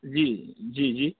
جی جی جی